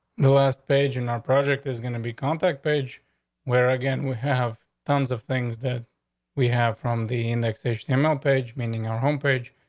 the last page in our project is gonna be contact page where again we have tons of things that we have from the indexation amount page, meaning our homepage,